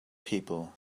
people